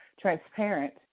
transparent